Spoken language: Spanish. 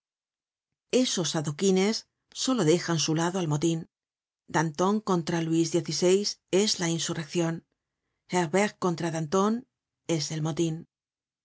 esos adoquines solo dejan su lado al motin danton contra luid xvi es la insurreccion heberl contra danton es el molin